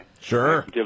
Sure